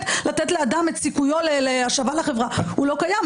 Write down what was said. לתת לאדם את סיכויו להשבה לחברה הוא לא קיים,